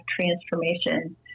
transformation